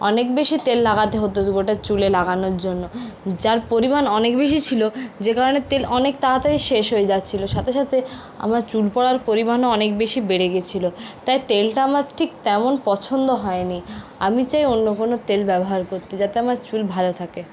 অনেক বেশি তেল লাগাতে হতো গোটা চুলে লাগানোর জন্য যার পরিমাণ অনেক বেশি ছিল যেই কারণে তেল অনেক তাড়াতাড়ি শেষ হয়ে যাচ্ছিল সাথে সাথে আমার চুল পড়ার পরিমাণও অনেক বেশি বেড়ে গিয়েছিল তাই তেলটা আমার ঠিক তেমন পছন্দ হয়নি আমি চাই অন্য কোনো তেল ব্যবহার করতে যাতে আমার চুল ভালো থাকে